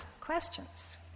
questions